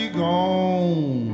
gone